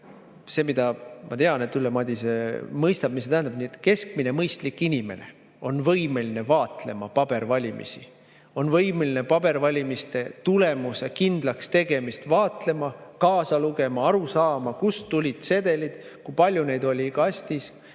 Seda, ma tean, Ülle Madise mõistab, mis see tähendab. Keskmine mõistlik inimene on võimeline vaatlema paberil valimisi, on võimeline paberil valimiste tulemuste kindlakstegemist vaatlema, kaasa lugema, aru saama, kust tulid sedelid, kui palju neid oli kastis,